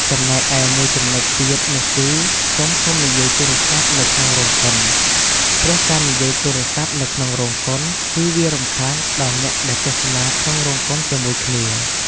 ចំណែកឯមួយចំនុចទៀតនោះគឺ សូមកុំនិយាយទូរស័ព្ទនៅក្នុងរោងកុន ព្រោះការនិយាយទូរស័ព្ទនៅក្នុងរោងកុន គឺវារំខានដល់អ្នកដែលទស្សនាក្នុងរោងកុនជាមួយគ្នា។